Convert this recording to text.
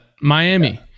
Miami